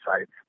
sites